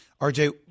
RJ